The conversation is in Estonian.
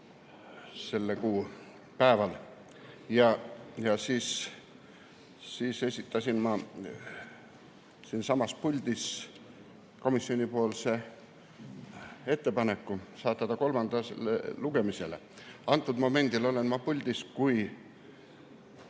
selle kuu päeval. Siis esitasin ma siinsamas puldis komisjoni ettepaneku saata see kolmandale lugemisele. Momendil olen ma puldis kui